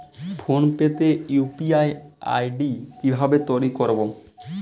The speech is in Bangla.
ফোন পে তে ইউ.পি.আই আই.ডি কি ভাবে তৈরি করবো?